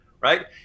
right